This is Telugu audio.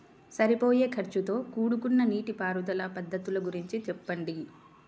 సరిపోయే ఖర్చుతో కూడుకున్న నీటిపారుదల పద్ధతుల గురించి చెప్పండి?